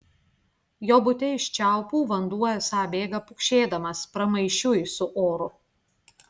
jo bute iš čiaupų vanduo esą bėga pukšėdamas pramaišiui su oru